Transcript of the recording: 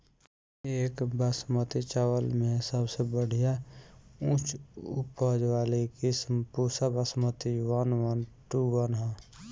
एक बासमती चावल में सबसे बढ़िया उच्च उपज वाली किस्म Pusa Basmati one one two one ह?